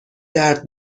درد